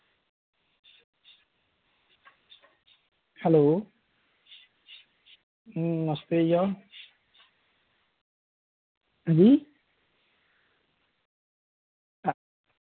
hello नमस्ते भाइया हां जी